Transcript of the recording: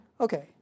okay